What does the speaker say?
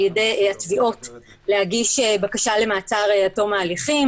ידי התביעות להגיש בקשה למעצר עד תום ההליכים.